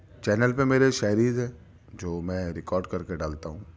channel پہ میرے شاعری ہے جو میں ریکارڈ کر کے ڈالتا ہوں